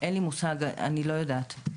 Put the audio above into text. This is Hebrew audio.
אין לי מושג, אני לא יודעת.